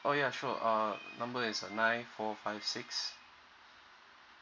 oh ya sure (ua) number is uh nine four five six